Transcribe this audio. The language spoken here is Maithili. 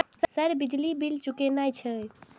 सर बिजली बील चूकेना छे?